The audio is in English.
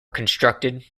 constructed